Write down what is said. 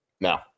No